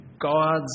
gods